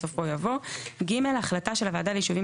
בסופו יבוא: "(ג) החלטה של הוועדה ליישובים